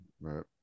right